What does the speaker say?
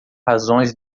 razões